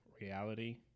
reality